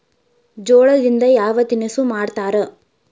ಜೋಳದಿಂದ ಯಾವ ತಿನಸು ಮಾಡತಾರ?